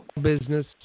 Business